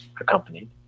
accompanied